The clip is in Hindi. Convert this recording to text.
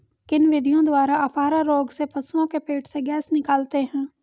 किन विधियों द्वारा अफारा रोग में पशुओं के पेट से गैस निकालते हैं?